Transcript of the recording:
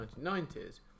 1990s